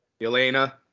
Elena